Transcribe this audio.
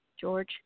George